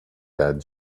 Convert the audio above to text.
that